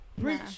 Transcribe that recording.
Preach